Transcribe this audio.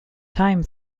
time